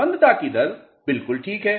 मंदता की दर बिल्कुल ठीक है